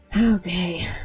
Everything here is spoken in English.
Okay